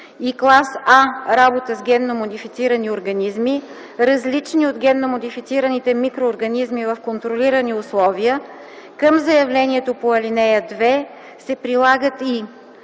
и клас А работа с генно модифицирани организми, различни от генно модифицираните микроорганизми в контролирани условия, към заявлението по ал. 2 се прилагат и: